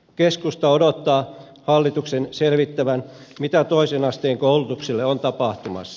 keskusta odottaa hallituksen selvittävän mitä toisen asteen koulutukselle on tapahtumassa